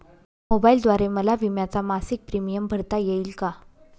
मोबाईलद्वारे मला विम्याचा मासिक प्रीमियम भरता येईल का?